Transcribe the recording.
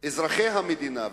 אזרחי המדינה,